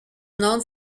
known